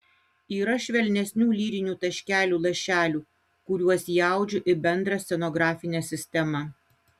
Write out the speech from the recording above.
yra švelnesnių lyrinių taškelių lašelių kuriuos įaudžiu į bendrą scenografinę sistemą